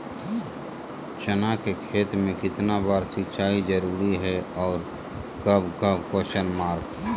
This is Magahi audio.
चना के खेत में कितना बार सिंचाई जरुरी है और कब कब?